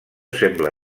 sembla